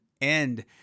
end